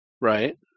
Right